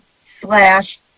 slash